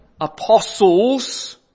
apostles